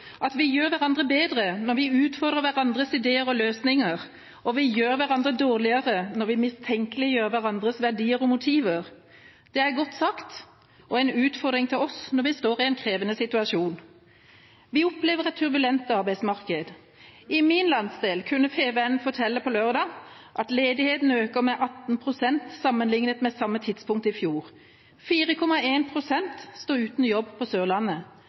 at vi gjør hverandre bedre når vi utfordrer hverandres ideer og løsninger, og vi gjør hverandre dårligere når vi mistenkeliggjør hverandres verdier og motiver. Det er godt sagt og en utfordring til oss når vi står i en krevende situasjon. Vi opplever et turbulent arbeidsmarked. I min landsdel kunne Fædrelandsvennen lørdag fortelle at ledigheten øker med 18 pst. sammenliknet med samme tidspunkt i fjor. 4,1 pst står uten jobb på Sørlandet,